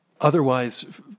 Otherwise